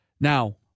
Now